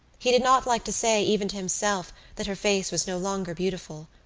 he did not like to say even to himself that her face was no longer beautiful,